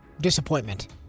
disappointment